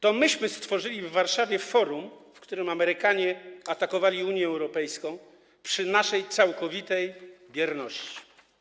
To my stworzyliśmy w Warszawie forum, na którym Amerykanie atakowali Unię Europejską przy naszej całkowitej bierności.